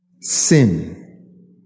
Sin